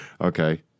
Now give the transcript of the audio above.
Okay